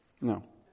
No